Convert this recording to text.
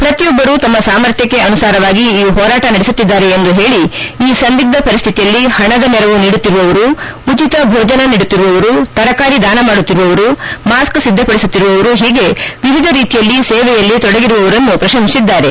ಪ್ರತಿಯೊಬ್ಬರು ತಮ್ಮ ಸಾಮರ್ಥ್ಯಕ್ಕೆ ಅನುಸಾರವಾಗಿ ಈ ಹೋರಾಟ ನಡೆಸುತ್ತಿದ್ದಾರೆ ಎಂದು ಹೇಳಿ ಈ ಸಂದಿಗ್ಧ ಪರಿಸ್ಥಿತಿಯಲ್ಲಿ ಹಣದ ನೆರವು ನೀಡುತ್ತಿರುವವರು ಉಚಿತ ಭೋಜನ ನೀಡುತ್ತಿರುವವರು ತರಕಾರಿ ಧಾನ ಮಾಡುತ್ತಿರುವವರು ಮಾಸ್ಕ್ ಸಿದ್ಧ ಪಡಿಸುತ್ತಿರುವವರು ಹೀಗೆ ವಿವಿಧ ರೀತಿಯಲ್ಲಿ ಸೇವೆಯಲ್ಲಿ ತೊಡಗಿರುವವರನ್ನು ಪ್ರಶಂಸಿಸಿದ್ದಾರೆ